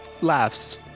laughs